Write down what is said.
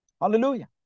Hallelujah